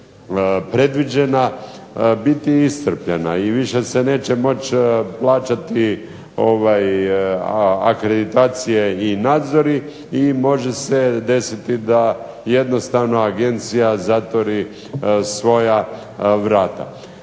predviđena biti iscrpljena i više se neće moći plaćati akreditacije i nadzori i može se desiti da jednostavno Agencija zatvori svoja vrata.